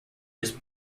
was